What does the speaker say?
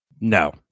No